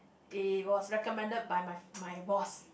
it was recommended by my my boss